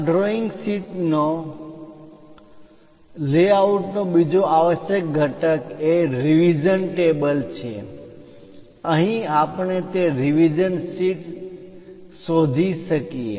આ drawing sheet layout નો બીજો આવશ્યક ઘટક એ રીવીઝન ટેબલ કોષ્ટક table છે અહીં આપણે તે રીવીઝન શીટ શોધી શકીએ